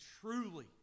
truly